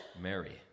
Mary